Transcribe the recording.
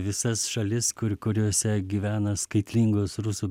visas šalis kur kuriose gyvena skaitlingos rusų